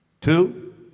Two